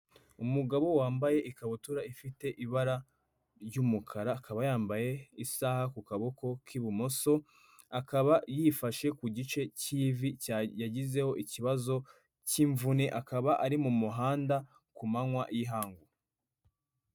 Umugabo wambaye ikabutura ifite ibara ry'umukara, akaba yambaye isaha ku kaboko k'ibumoso, akaba yifashe ku gice cy'ivi yagizeho ikibazo cy'imvune, akaba ari mu muhanda ku manywa y'ihangu.